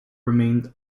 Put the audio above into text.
remain